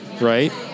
right